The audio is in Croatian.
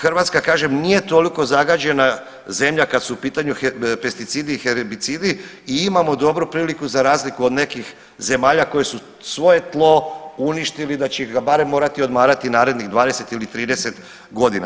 Ali Hrvatska kažem nije toliko zagađena zemlja kad su u pitanju pesticidi i herbicidi i imamo dobru priliku za razliku od nekih zemalja koje su svoje tlo uništili da će ga barem morati odmarati narednih 20 ili 30 godina.